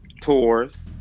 tours